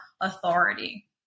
authority